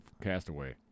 Castaway